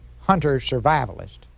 hunter-survivalist